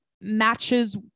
matches